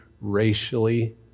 racially